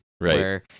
Right